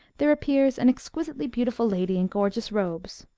there appears an exquisitely beautiful lady in gorgeous robes.